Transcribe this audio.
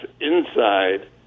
inside